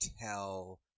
tell